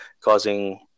causing